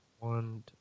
One